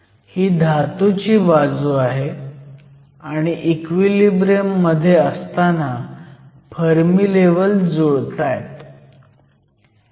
ही धातूची बाजू आहे आणि इक्विलिब्रियम मध्ये असताना फर्मी लेव्हल जुळतायत